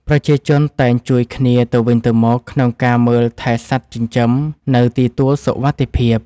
ប្រជាជនតែងជួយគ្នាទៅវិញទៅមកក្នុងការមើលថែសត្វចិញ្ចឹមនៅទីទួលសុវត្ថិភាព។